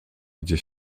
gdzie